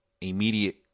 immediate